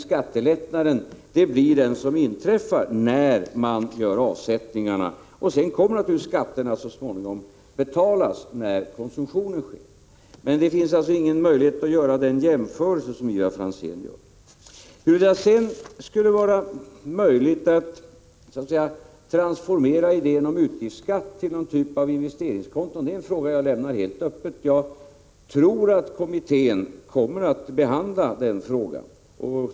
Skattelättnaden inträffar när man gör avsättningarna, men sedan kommer naturligtvis skatterna så småningom att betalas när konsumtionen sker. Det finns alltså ingen möjlighet att göra den jämförelse som Ivar Franzén gör. Huruvida det skulle vara möjligt att så att säga transformera idén om utgiftsskatt till någon typ av investeringskonto är en fråga som jag lämnar helt öppen. Jag tror att kommittén kommer att behandla den frågan.